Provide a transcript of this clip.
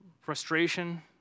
frustration